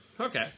Okay